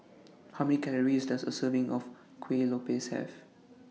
How Many Calories Does A Serving of Kuih Lopes Have